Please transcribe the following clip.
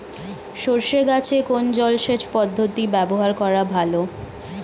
সরষে গাছে কোন জলসেচ পদ্ধতি ব্যবহার করা ভালো?